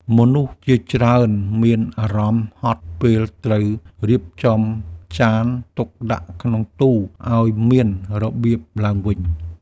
មនុស្សជាច្រើនមានអារម្មណ៍ហត់ ពេលត្រូវរៀបចំចានទុកដាក់ក្នុងទូឱ្យមានរបៀបឡើងវិញ។